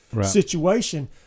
situation